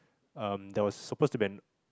ah there was supposed to be an